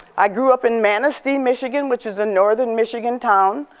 i grew up in manistique, michigan which is a northern michigan town.